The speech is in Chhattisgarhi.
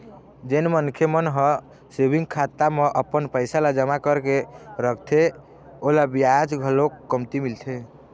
जेन मनखे मन ह सेविंग खाता म अपन पइसा ल जमा करके रखथे ओला बियाज घलोक कमती मिलथे